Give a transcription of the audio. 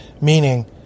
meaning